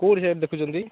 କେଉଁଠି ସେ ଦେଖୁଛନ୍ତି